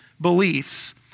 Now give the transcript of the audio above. beliefs